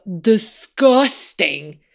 disgusting